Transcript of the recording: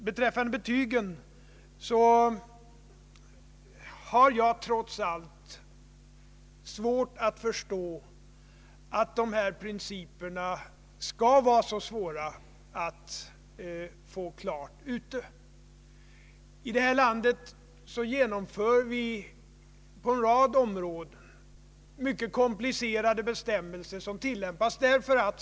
Beträffande betygen har jag trots allt svårt att förstå att det skall vara så besvärligt att klargöra principerna. I vårt land genomför vi på en rad områden ständigt ganska komplicerade reformer och bestämmelser.